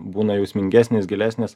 būna jausmingesnės gilesnės